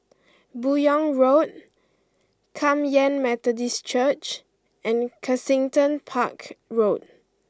Buyong Road Kum Yan Methodist Church and Kensington Park Road